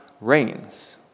reigns